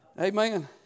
Amen